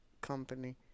company